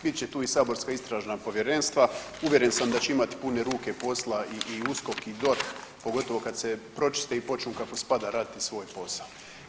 Bit će tu i saborska istražna povjerenstva, uvjeren sam da će imati pune ruke posla i USKOK i DORH, pogotovo kad se pročiste i počnu kako spada raditi svoj posao.